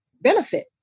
benefit